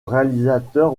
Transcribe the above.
réalisateur